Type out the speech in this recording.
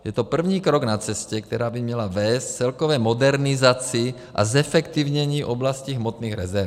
Je to první krok na cestě, která by měla vést k celkové modernizaci a zefektivnění oblasti hmotných rezerv.